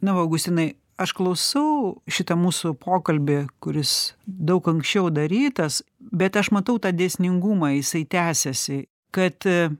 na augustinai aš klausau šitą mūsų pokalbį kuris daug anksčiau darytas bet aš matau tą dėsningumą jisai tęsiasi kad